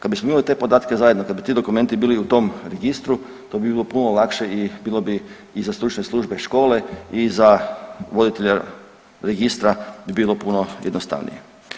Kad bismo imali te podatke zajedno, kad bi ti dokumenti bili u tom registru to bi bilo puno lakše i bilo bi i za stručne službe škole i za voditelja registra bi bilo puno jednostavnije.